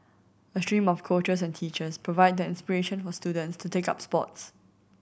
a stream of coaches and teachers provide the inspiration for students to take up sports